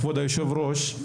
כבוד היושב ראש,